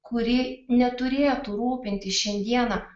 kuri neturėtų rūpintis šiandieną